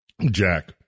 Jack